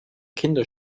kinder